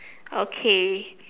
okay